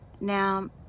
Now